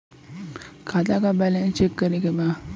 खाता का balance check करे के बा?